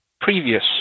previous